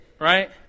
Right